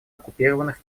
оккупированных